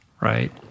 right